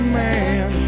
man